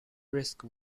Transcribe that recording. brisk